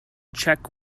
check